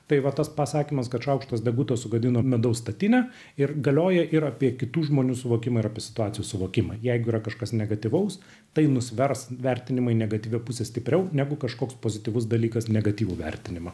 tai va tas pasakymas kad šaukštas deguto sugadina medaus statinę ir galioja ir apie kitų žmonių suvokimą ir apie situacijos suvokimą jeigu yra kažkas negatyvaus tai nusvers vertinimai negatyvia puse stipriau negu kažkoks pozityvus dalykas negatyvų vertinimą